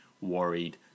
worried